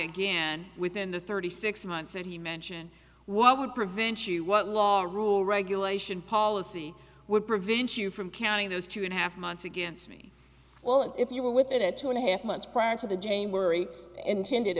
again within the thirty six months that he mention what would prevent you what law rule regulation policy would prevent you from counting those two and a half months against me well if you were within a two and a half months prior to the jane were intended